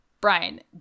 Brian